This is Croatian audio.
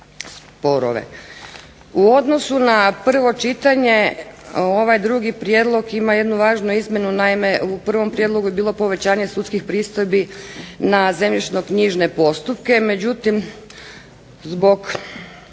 U odnosu na prvo čitanje, ovaj drugi prijedlog ima jednu važnu izmjenu. Naime, u prvom prijedlogu je bilo povećanje pristojbi na zemljišno-knjižne postupke. Međutim, zbog